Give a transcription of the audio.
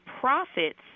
profits